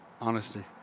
honesty